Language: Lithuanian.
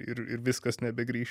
ir viskas nebegrįš